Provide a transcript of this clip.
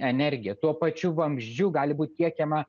energija tuo pačiu vamzdžiu gali būti tiekiama